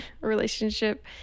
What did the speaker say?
relationship